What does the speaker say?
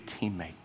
teammate